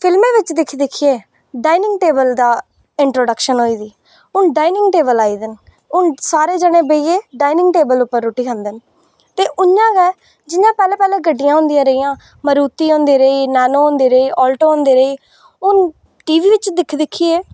फिल्में बिच दिक्खी दिक्खियै डाईनिंग टेबल दी इंटरोडक्शन होई दी हून डाईनिंग टेबल आई दे न ते सारे जनें बेहियै डाईनिंग टेबल पर रुट्टी खंदे न ते उ'आं गै जि'यां पैह्लें पैह्लें गड्डियां होंदियां रेहियां मारुति होंदी रेही नैनो होंदी रेही आल्टो होंदी रेही हून टीवी बिच दिक्खी दिक्खियै